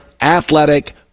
athletic